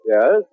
Yes